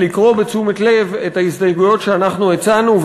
לקרוא בתשומת לב את ההסתייגויות שאנחנו הצענו,